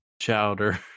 Chowder